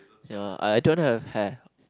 ya I don't have hair